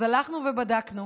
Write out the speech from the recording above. אז הלכנו, בדקנו